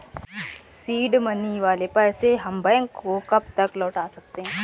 Seed money वाले पैसे हम बैंक को कब तक लौटा सकते हैं?